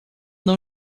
não